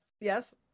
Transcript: Yes